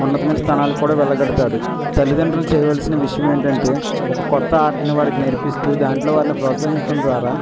ఉన్నతమైన స్థానానికి కూడా వెళ్ళగలుగుతాడు తల్లితండ్రులు చేయవలసిన విషయం ఏంటంటే ఒక కొత్త ఆటను వారికి నేర్పిస్తూ దాంట్లో వారిని ప్రోత్సహించడం ద్వారా